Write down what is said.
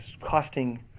costing